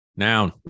Noun